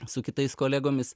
su kitais kolegomis